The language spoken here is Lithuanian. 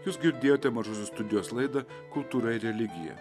jūs girdėjote mažosios studijos laidą kultūra ir religija